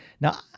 Now